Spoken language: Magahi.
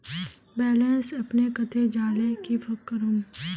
बैलेंस अपने कते जाले की करूम?